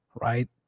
right